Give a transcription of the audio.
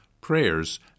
prayers